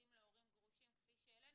ילדים להורים גרושים כפי שהעלינו,